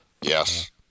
Yes